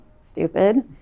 stupid